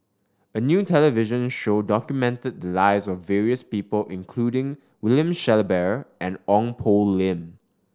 a new television show documented the lives of various people including William Shellabear and Ong Poh Lim